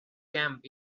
camp